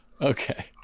okay